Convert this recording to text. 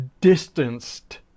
distanced